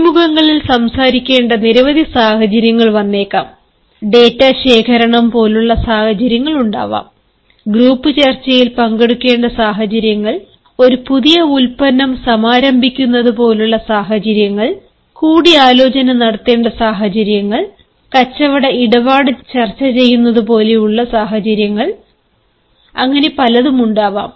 അഭിമുഖങ്ങളിൽ സംസാരിക്കേണ്ട നിരവധി സാഹചര്യങ്ങൾ വന്നേക്കാം ഡാറ്റ ശേഖരണം പോലുള്ള സാഹചര്യങ്ങൾ ഉണ്ടാവാം ഗ്രൂപ്പ് ചർച്ചയിൽ പങ്കെടുക്കേണ്ട സാഹചര്യങ്ങൾ ഒരു പുതിയ ഉൽപ്പന്നം സമാരംഭിക്കുന്നത് പോലുള്ള സാഹചര്യങ്ങൾ കൂടിയാലോചന നടത്തേണ്ട സാഹചര്യങ്ങൾ കച്ചവട ഇടപാട് ചർച്ച ചെയ്യുന്നത് പോലെ ഉള്ള സാഹചര്യങ്ങൾ ഉണ്ടാവാം